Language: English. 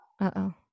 Uh-oh